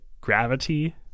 gravity